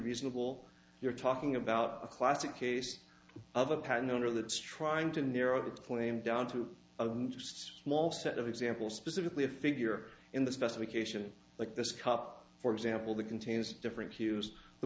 reasonable you're talking about a classic case of a patent owner that's trying to narrow that claim down to use small set of examples specifically a figure in the specification like this cup for example that contains different hues the